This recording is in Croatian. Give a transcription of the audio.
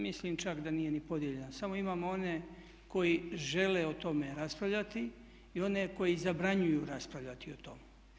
Mislim čak da nije ni podijeljena, samo imamo one koji žele o tome raspravljati i one koji zabranjuju raspravljati o tome.